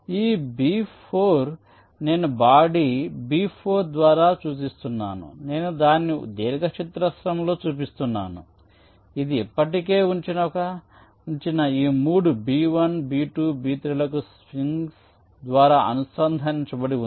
ఈ బి4 నేను బాడీ బి4 ద్వారా సూచిస్తున్నాను నేను దానిని దీర్ఘచతురస్రంలో చూపిస్తున్నాను ఇది ఇప్పటికే ఉంచిన ఈ మూడు బి 1 బి 2 బి 3 లకు స్ప్రింగ్స్ ద్వారా అనుసంధానించబడి ఉంది